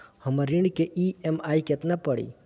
हमर ऋण के ई.एम.आई केतना पड़ी?